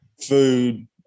food